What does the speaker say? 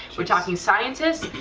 we're talking scientists,